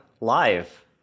live